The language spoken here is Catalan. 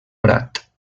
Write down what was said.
prat